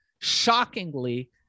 shockingly